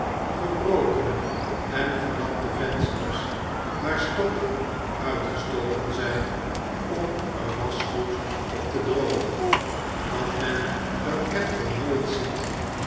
gebrokene en gelapte vensters waar stokken uitgestoken zijn om er waschgoed op te drogen dat men er echter nooit ziet